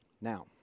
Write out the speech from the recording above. Now